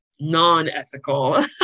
non-ethical